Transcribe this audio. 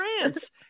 France